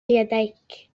يديك